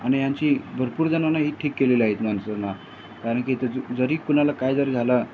आणि ह्यांची भरपूर जणांना ही ठीक केलेली आहेत माणसांना कारण की तर जरी कुणाला काय जरी झाला